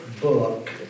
book